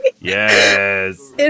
yes